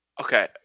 Okay